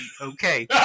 Okay